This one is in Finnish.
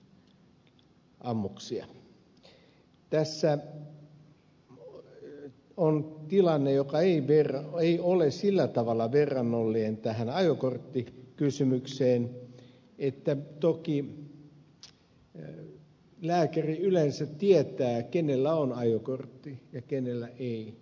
tässä on tilanne joka ei ole sillä tavalla verrannollinen tähän ajokorttikysymykseen että toki lääkäri yleensä tietää kenellä on ajokortti ja kenellä ei